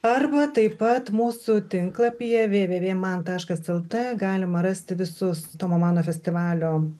arba taip pat mūsų tinklapyje vė vė vė man taškas lt galima rasti visus tomo mano festivalio